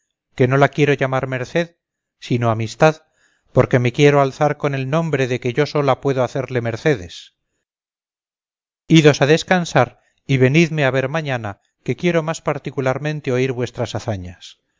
que no la quiero llamar meced sino amistad porque me quiero alzar con el nombre de que yo sola puedo hacerle mercedes idos a descansar y venidme a ver mañana que quiero más particularmente oír vuestras hazañas